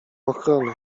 ochrony